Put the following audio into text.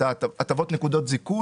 באופן אקטיבי את מענק העבודה --- מקבלים